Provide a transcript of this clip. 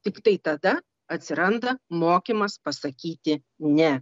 tiktai tada atsiranda mokymas pasakyti ne